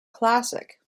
classic